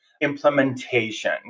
implementation